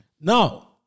Now